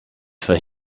for